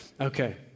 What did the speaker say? Okay